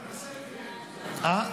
תנסה, תראה.